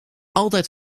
altijd